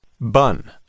Bun